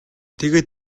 тэгээд